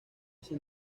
este